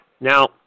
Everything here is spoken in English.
Now